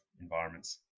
environments